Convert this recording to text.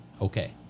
okay